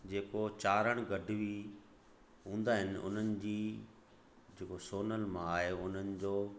जेको चारण गढवी हूंदा आहिनि उन्हनि जी जेको सोनल माउ आहे उन्हनि जो